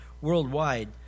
worldwide